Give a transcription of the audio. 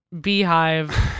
beehive